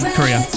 Korea